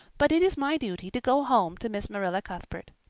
but it is my duty to go home to miss marilla cuthbert.